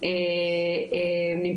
תייצגו אותנו